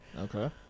Okay